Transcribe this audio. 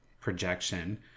projection